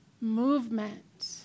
movement